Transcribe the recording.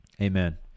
Amen